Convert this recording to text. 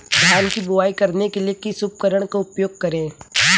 धान की बुवाई करने के लिए किस उपकरण का उपयोग करें?